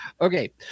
Okay